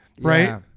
right